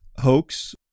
Hoax